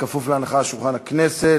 בכפוף להנחה על שולחן הכנסת.